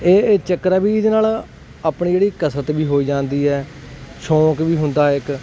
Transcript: ਇਹ ਚੱਕਰ ਆ ਵੀ ਇਹਦੇ ਨਾਲ ਆਪਣੀ ਜਿਹੜੀ ਕਸਰਤ ਵੀ ਹੋ ਜਾਂਦੀ ਹੈ ਸ਼ੌਂਕ ਵੀ ਹੁੰਦਾ ਇੱਕ